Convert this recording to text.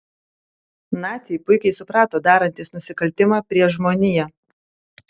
naciai puikiai suprato darantys nusikaltimą prieš žmoniją